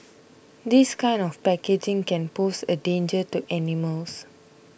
this kind of packaging can pose a danger to animals